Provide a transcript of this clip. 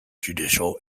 judicial